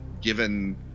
given